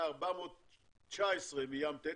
היה 419 מים תטיס,